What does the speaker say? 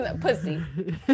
Pussy